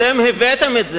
אתם הבאתם את זה.